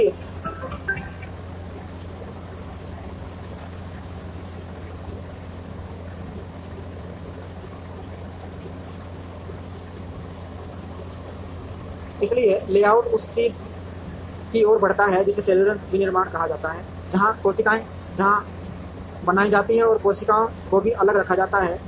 इसलिए लेआउट उस चीज़ की ओर बढ़ता है जिसे सेलुलर विनिर्माण कहा जाता है जहाँ कोशिकाएँ जहाँ बनाई जाती हैं और कोशिकाओं को भी अलग रखा जाता है